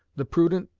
the prudent,